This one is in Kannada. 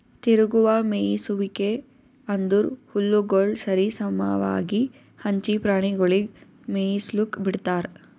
ತಿರುಗುವ ಮೇಯಿಸುವಿಕೆ ಅಂದುರ್ ಹುಲ್ಲುಗೊಳ್ ಸರಿ ಸಮವಾಗಿ ಹಂಚಿ ಪ್ರಾಣಿಗೊಳಿಗ್ ಮೇಯಿಸ್ಲುಕ್ ಬಿಡ್ತಾರ್